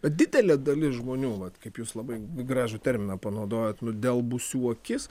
didelė dalis žmonių vat kaip jūs labai gražų terminą panaudojot nudelbusių akis